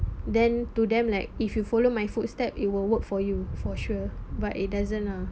then to them like if you follow my footsteps it will work for you for sure but it doesn't lah